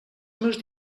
meus